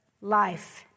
life